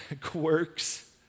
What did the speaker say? quirks